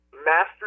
master